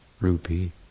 rupee